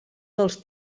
dels